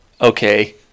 okay